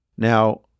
Now